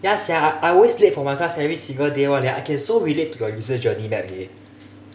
ya sia I always late for my class every single day [one] leh I can so relate to your user journey map leh